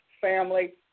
family